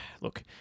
look